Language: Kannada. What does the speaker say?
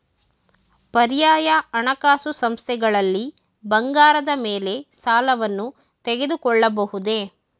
ಪರ್ಯಾಯ ಹಣಕಾಸು ಸಂಸ್ಥೆಗಳಲ್ಲಿ ಬಂಗಾರದ ಮೇಲೆ ಸಾಲವನ್ನು ತೆಗೆದುಕೊಳ್ಳಬಹುದೇ?